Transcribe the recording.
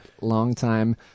longtime